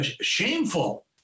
shameful